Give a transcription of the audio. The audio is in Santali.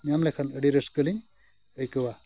ᱧᱟᱢ ᱞᱮᱠᱷᱟᱱ ᱟᱹᱰᱤ ᱨᱟᱹᱥᱠᱟᱹ ᱞᱤᱧ ᱟᱹᱭᱠᱟᱹᱣᱟ